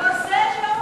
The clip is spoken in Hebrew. יוזם יום